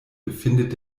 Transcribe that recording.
befindet